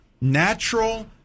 natural